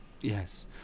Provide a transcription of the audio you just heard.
Yes